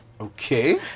Okay